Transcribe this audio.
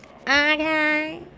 Okay